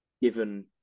Given